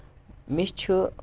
مےٚ چھُ